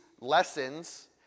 lessons